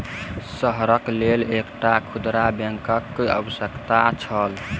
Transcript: शहरक लेल एकटा खुदरा बैंकक आवश्यकता छल